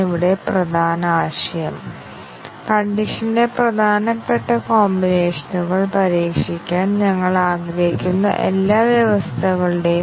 അതിനാൽ branch coverage കൈവരിക്കാനാകും എന്നാൽ ഡിജിറ്റൽ ഉയരം ശരിയാകുമ്പോൾ മാത്രം സംഭവിക്കുന്ന ഒരു ബഗ് നമുക്ക് ഉണ്ടെങ്കിൽ